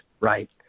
right